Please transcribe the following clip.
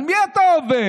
על מי אתה עובד?